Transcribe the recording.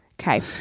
Okay